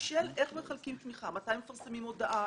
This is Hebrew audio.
איך מחלקים תמיכה מתי מפרסמים הודעה,